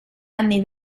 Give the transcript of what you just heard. anni